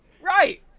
Right